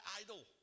idol